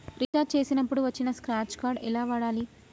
Recharge చేసినప్పుడు వచ్చిన scratch card ఎలా వాడాలి?